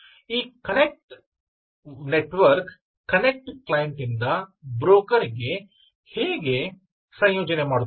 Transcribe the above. ಆದ್ದರಿಂದ ಈ connect work connect client ನಿಂದ ಬ್ರೋಕರ್ ಗೆ ಹೇಗೆ ಸಂಯೋಜನೆ ಮಾಡುತ್ತದೆ